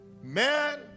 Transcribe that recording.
man